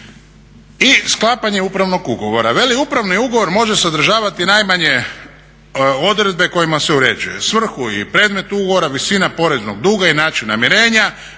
I sklapanje upravnog ugovora, veli upravni ugovor može sadržavati najmanje odredbe kojima se uređuje, svrhu i predmet ugovora, visina poreznog duga i način namirenja,